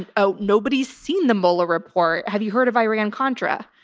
and oh, nobody's seen the mueller report. have you heard of iran contra?